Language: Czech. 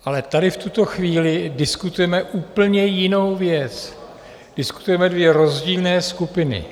Ale tady v tuto chvíli diskutujeme úplně jinou věc, diskutujeme dvě rozdílné skupiny.